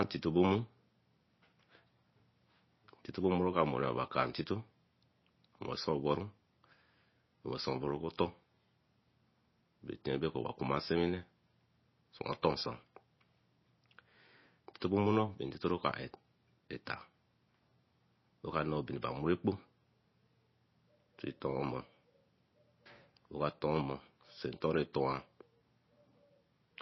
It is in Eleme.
Atito bomu otolnomu bey kai intito nwasoboru nwasoboru okwor- otu nwasoboru nsewine cuma otor- nsar ntitomuno intito ke- eta rekamor ekpo etoomo owatoomo see toritoan